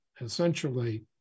essentially